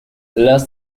las